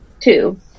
Two